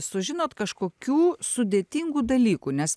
sužinot kažkokių sudėtingų dalykų nes